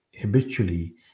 habitually